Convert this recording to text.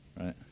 right